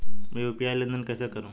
मैं यू.पी.आई लेनदेन कैसे करूँ?